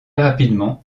rapidement